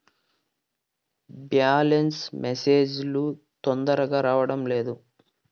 Balance message లు తొందరగా రావడం లేదు?